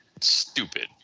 stupid